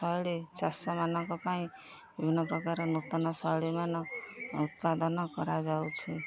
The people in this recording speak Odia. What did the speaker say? ଶୈଳୀ ଚାଷମାନଙ୍କ ପାଇଁ ବିଭିନ୍ନ ପ୍ରକାର ନୂତନ ଶୈଳୀମାନ ଉତ୍ପାଦନ କରାଯାଉଛି